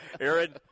Aaron